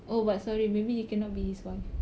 oh but sorry maybe you cannot be his wife